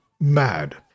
mad